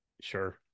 Sure